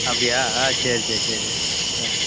அப்படியா ஆ சரி சரி சரி ஆ